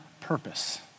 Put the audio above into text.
purpose